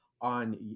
on